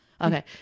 okay